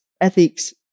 ethics